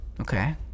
okay